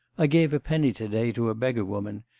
ah gave a penny to-day to a beggar woman,